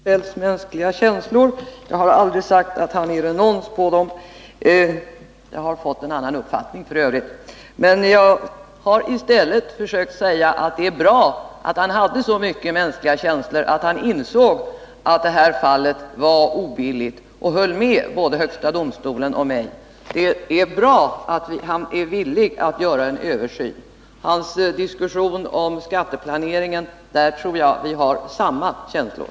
Herr talman! Jag känner inte till Kjell-Olof Feldts mänskliga känslor. Jag har aldrig sagt att han är renons på dem — jag har f. ö. en annan uppfattning. I stället har jag försökt säga att det är bra att han hade så mycket mänskliga känslor att han insåg att det här fallet var obilligt och höll med både högsta domstolen och mig. Det är bra att han är villig att göra en översyn. Beträffande Kjell-Olof Feldts diskussion om skatteplanering tror jag att vi där har samma känslor.